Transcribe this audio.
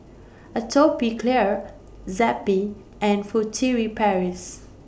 Atopiclair Zappy and Furtere Paris